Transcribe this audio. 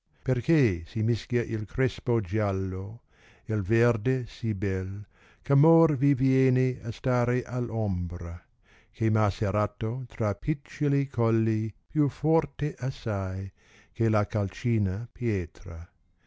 perchè si mischia il crespo gialo e verde sì bel eh amor vi viene a stare alp ombra che m ha serrato tra piccioli colli più forte assai che la calcina pietra